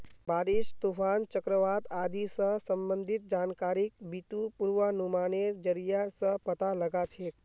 बारिश, तूफान, चक्रवात आदि स संबंधित जानकारिक बितु पूर्वानुमानेर जरिया स पता लगा छेक